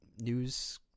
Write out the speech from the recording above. news